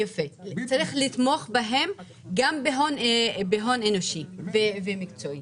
יפה, צריך לתמוך בהן גם בהון אנושי ומקצועי.